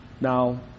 Now